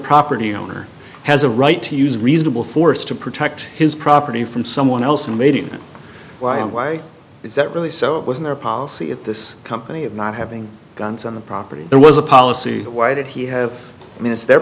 property owner has a right to use reasonable force to protect his property from someone else and maybe why and why is that really so it was in their policy at this company of not having guns on the property there was a policy why did he have i mean it's their